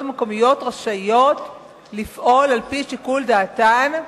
המקומיות רשאיות לפעול על-פי שיקול דעתן.